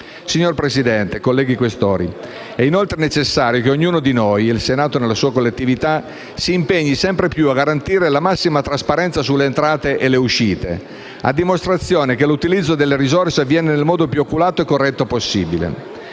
Signora Presidente, colleghi senatori Questori, è inoltre necessario che ognuno di noi - e il Senato nella sua collettività - si impegni sempre più a garantire la massima trasparenza sulle entrate e le uscite, a dimostrazione che l'utilizzo delle risorse avviene nel modo più oculato e corretto possibile.